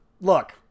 look